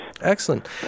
Excellent